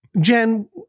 Jen